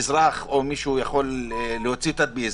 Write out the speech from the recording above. שאזרח או מישהו יכול להוציא תדפיס,